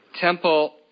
Temple